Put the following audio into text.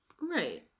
Right